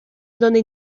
donde